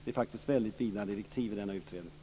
Det är alltså väldigt vida direktiv i denna utredning.